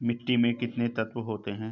मिट्टी में कितने तत्व होते हैं?